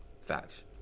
facts